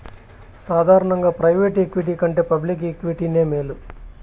సాదారనంగా private equity కంటే public ఈక్విటీనే మేలు